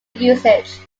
usage